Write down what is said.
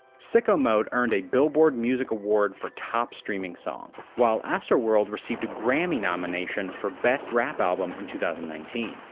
sicko mode earned a billboard music award for top streaming song, while astroworld received a grammy nomination for best rap album in two thousand and nineteen.